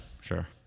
sure